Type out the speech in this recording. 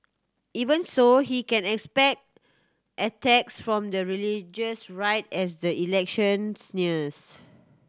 even so he can expect attacks from the religious right as the elections nears